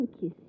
Kiss